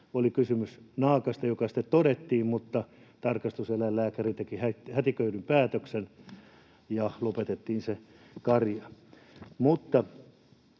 oli kysymys naakasta, mikä sitten todettiin, mutta tarkastuseläinlääkäri teki hätiköidyn päätöksen, ja lopetettiin se karja.